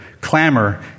clamor